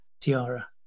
tiara